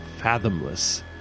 fathomless